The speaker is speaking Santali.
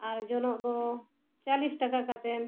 ᱟᱨ ᱡᱚᱱᱚᱜ ᱫᱚ ᱪᱚᱞᱞᱤᱥ ᱴᱟᱠᱟ ᱠᱟᱛᱮᱫ